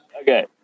Okay